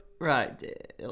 right